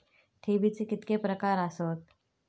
ठेवीचे कितके प्रकार आसत?